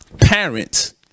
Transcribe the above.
parents